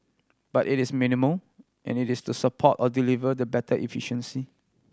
but it is minimal and it is to support or deliver the better efficiency